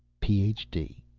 ph d,